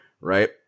right